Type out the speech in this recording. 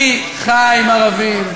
אני חי עם ערבים,